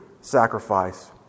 sacrifice